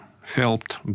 helped